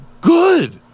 good